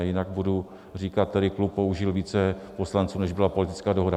Jinak budu říkat, který klub použil více poslanců, než byla politická dohoda.